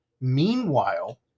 Meanwhile